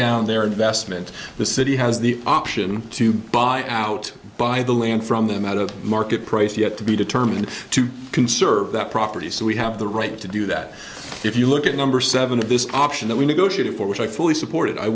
down their investment the city has the option to buy out by the land from them out of market price yet to be determined to conserve that property so we have the right to do that if you look at number seven of this option that we negotiated for which i fully support